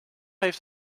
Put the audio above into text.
heeft